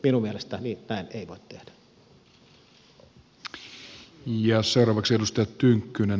minun mielestäni näin ei voi tehdä